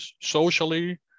socially